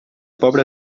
pobre